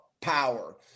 power